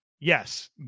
yes